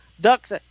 ducks